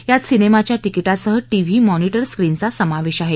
यात सिनेमाच्या तिकीटासह टीव्ही मॉनिटर स्क्रीनचा समावेश आहे